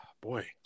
boy